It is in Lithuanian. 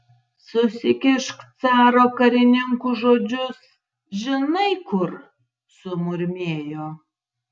susikišk caro karininkų žodžius žinai kur sumurmėjo